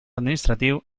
administratiu